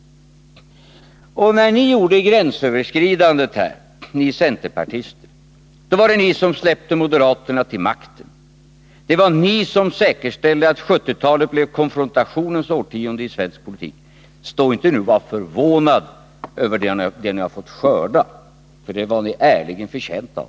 När ni centerpartister gjorde gränsöverskridandet, då var det ni som släppte moderaterna till makten. Det var ni som säkerställde att 1970-talet blev konfrontationens årtionde i svensk politik. Stå inte nu och var förvånade över vad ni har fått skörda, för det var ni ärligen förtjänta av!